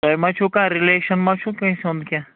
تۄہہِ ما چھُو کانٛہہ رِلیشن مَہ چھُو کٲنٛسہ ہُنٛد کیٚنٛہہ